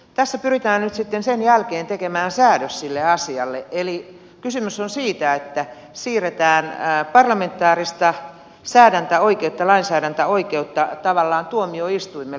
tässä pyritään nyt sitten sen jälkeen tekemään säädös sille asialle eli kysymys on siitä että siirretään parlamentaarista lainsäädäntäoikeutta tavallaan tuomioistuimelle